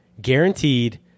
Guaranteed